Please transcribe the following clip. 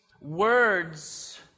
words